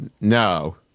No